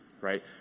right